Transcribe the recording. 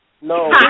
No